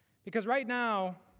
because, right now,